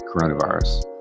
coronavirus